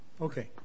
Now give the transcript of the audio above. Okay